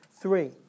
three